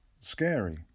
scary